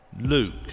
Luke